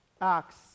acts